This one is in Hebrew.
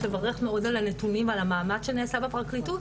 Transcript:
לברך מאוד על הנתונים על המאמץ שנעשה בפרקליטות,